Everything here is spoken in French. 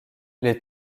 les